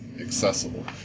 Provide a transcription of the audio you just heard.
Accessible